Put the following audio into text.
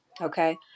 Okay